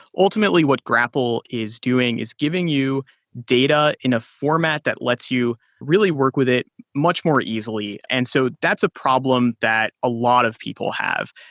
ultimately, what grapl is doing is giving you data in a format that lets you really work with it much more easily. and so that's a problem that a lot of people have.